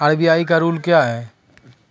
RBI का rule क्या हैं?